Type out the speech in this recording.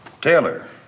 Taylor